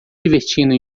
divertindo